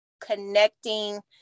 connecting